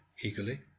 eagerly